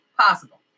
possible